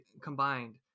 combined